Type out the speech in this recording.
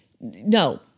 No